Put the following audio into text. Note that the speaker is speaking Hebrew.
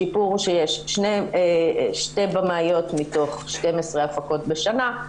שיפור שיש שתי במאיות מתוך 12 הפקות בשנה,